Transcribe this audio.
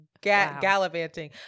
Gallivanting